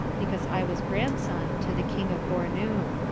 because i was grandson to the king of bournou.